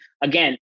again